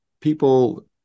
People